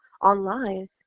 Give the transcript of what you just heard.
online